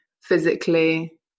physically